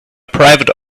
private